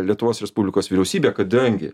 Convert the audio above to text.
lietuvos respublikos vyriausybė kadangi